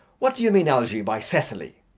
what do you mean, algy, by cecily!